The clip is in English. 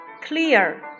clear